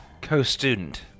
co-student